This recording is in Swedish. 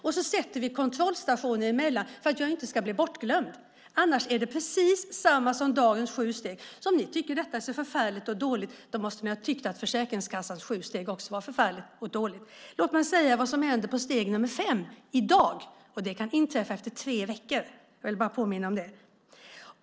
Sedan sätter vi kontrollstationer emellan för att den sjuke inte ska bli bortglömd. Annars är det precis samma som dagens sju steg. Om ni tycker att detta är så förfärligt och dåligt måste ni ha tyckt att Försäkringskassans sju steg också var förfärligt och dåligt. Låt mig säga vad som händer vid steg nummer fem i dag - och det kan inträffa efter tre veckor. Jag vill bara påminna om det.